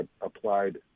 applied